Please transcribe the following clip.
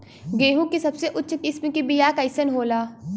गेहूँ के सबसे उच्च किस्म के बीया कैसन होला?